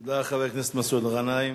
תודה, חבר הכנסת מסעוד גנאים.